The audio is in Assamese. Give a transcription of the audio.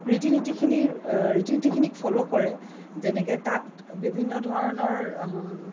ৰীতি নীতিখিনিৰ ৰীতি নীতিখিনিক ফ'ল' কৰে যেনেকে তাত বিভিন্ন ধৰণৰ